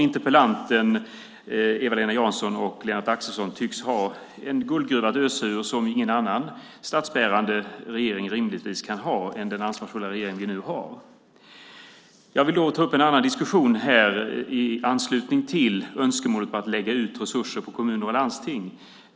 Interpellanten Eva-Lena Jansson och Lennart Axelsson tycks ha en guldgruva att ösa ur. Ingen annan statsbärande regering kan rimligtvis ha mer än den ansvarsfulla regering vi nu har. Jag vill ta upp en annan diskussion här i anslutning till önskemålet om att lägga ut resurser på kommuner och landsting.